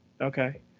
Okay